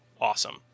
awesome